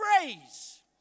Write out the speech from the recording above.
praise